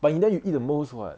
but in the end you eat the most [what]